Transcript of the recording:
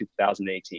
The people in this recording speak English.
2018